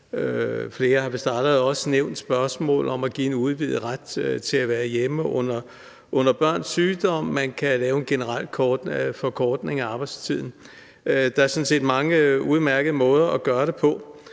Flere har vist også allerede nævnt spørgsmålet om at give en udvidet ret til at være hjemme under børns sygdom. Man kan lave en generel forkortning af arbejdstiden. Der er sådan set mange udmærkede måder at gøre det på,